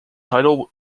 title